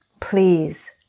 please